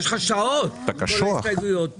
יש לך שעות של הסתייגויות כאן.